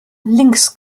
links